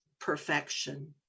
perfection